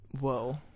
Whoa